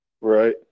Right